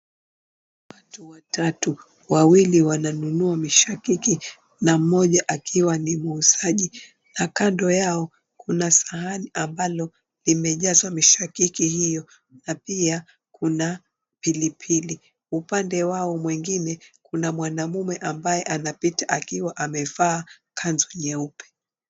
Watu watatu, wawili wananunua mishakiki na mmoja akiwa ni muuzaji na kando yao kuna sahani ambalo limejazwa mishakiki hiyo na pia kuna pilipili. Upande wao mwingine kuna mwanaume anapita akiwa amevaa kanzu nyeupe.